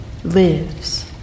Lives